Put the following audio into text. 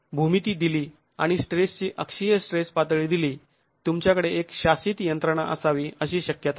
भूमिती दिली आणि स्ट्रेसची अक्षीय स्ट्रेस पातळी दिली तुमच्याकडे एक शासित यंत्रणा असावी अशी शक्यता नाही